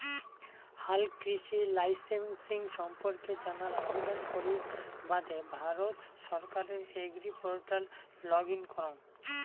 হালকৃষি লাইসেমসিং সম্পর্কে জানার আবেদন করির বাদে ভারত সরকারের এগ্রিপোর্টাল লগ ইন করঙ